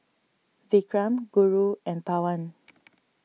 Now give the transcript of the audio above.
Vikram Guru and Pawan